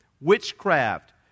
witchcraft